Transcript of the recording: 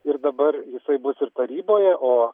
ir dabar jisai bus ir taryboje o